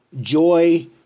joy